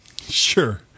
Sure